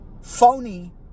phony